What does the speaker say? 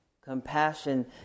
Compassion